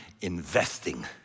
investing